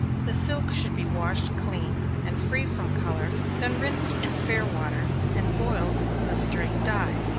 the silk should be washed clean, and free from color, then rinsed in fair water, and boiled in the strained dye,